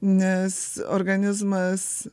nes organizmas